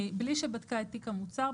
מבלי שבדקה את תיק המוצר,